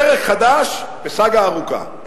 פרק חדש בסאגה ארוכה.